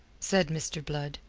said mr. blood,